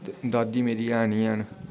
ते दादी मेरी ऐ नेईं हैन